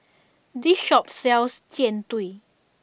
this shop sells Jian Dui